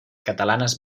catalanes